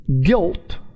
Guilt